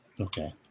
Okay